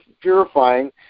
purifying